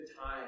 time